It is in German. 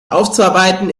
aufzubereiten